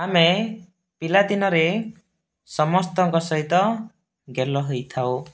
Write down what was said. ଆମେ ପିଲାଦିନରେ ସମସ୍ତଙ୍କ ସହିତ ଗେଲ ହେଉଥାଉ